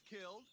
killed